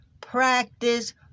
practice